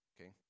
Okay